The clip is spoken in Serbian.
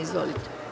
Izvolite.